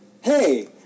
Hey